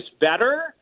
better